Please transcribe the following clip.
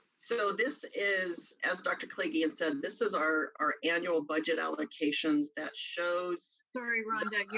so this is, as dr. koligian said, this is our our annual budget allocations that shows. sorry rhonda, you're